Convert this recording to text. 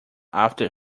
after